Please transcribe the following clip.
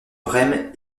brême